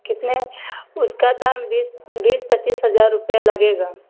कितने उसका दाम बीस बीस पच्चीस हजार रुपये लगेगा